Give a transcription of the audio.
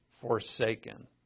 forsaken